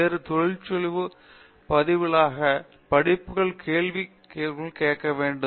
வெறும் சொற்பொழிவுக்கு பதிலாக படிப்புகள் கேள்வி பதில் முறையில் இருக்க வேண்டும்